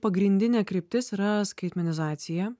pagrindinė kryptis yra skaitmenizacija